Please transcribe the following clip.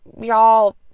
Y'all